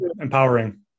Empowering